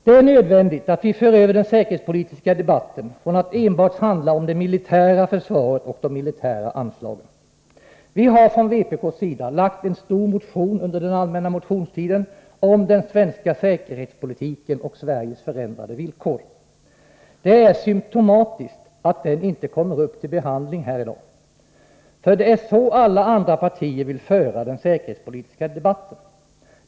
Det är nödvändigt att vi för över den säkerhetspolitiska debatten från att enbart handla om det militära försvaret och de militära anslagen. Vi har från vpk:s sida väckt en stor motion under allmänna motionstiden om den svenska säkerhetspolitiken och Sveriges förändrade villkor. Det är symtomatiskt att den inte kommer upp till behandling här i dag. Det är så alla andra partier vill föra den säkerhetspolitiska debatten.